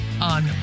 On